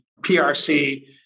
PRC